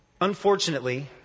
Unfortunately